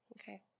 okay